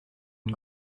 une